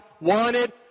wanted